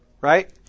right